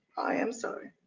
i am sorry.